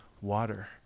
water